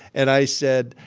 and i said,